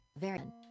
Varen